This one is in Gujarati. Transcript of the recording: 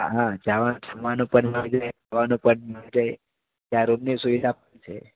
હા જવાનું જમવાનું પણ મળી રહે રહેવાનું પણ મળી રહે ત્યાં રૂમની સુવિધા પણ છે